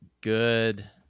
good